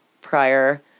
prior